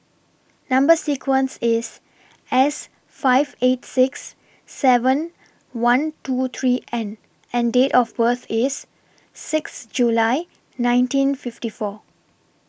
Number sequence IS S five eight six seven one two three N and Date of birth IS six July nineteen fifty four